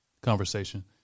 conversation